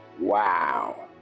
Wow